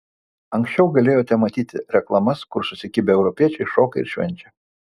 anksčiau galėjote matyti reklamas kur susikibę europiečiai šoka ir švenčia